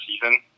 season